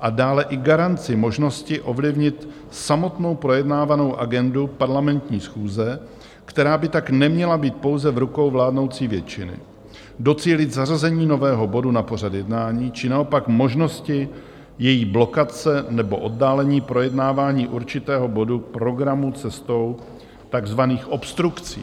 a dále i garanci možnosti ovlivnit samotnou projednávanou agendu parlamentní schůze, která by tak neměla být pouze v rukou vládnoucí většiny, docílit zařazení nového bodu na pořad jednání či naopak možnosti její blokace nebo oddálení projednávání určitého bodu programu cestou takzvaných obstrukcí.